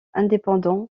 indépendant